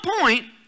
point